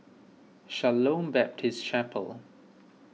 Shalom Baptist Chapel